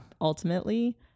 Ultimately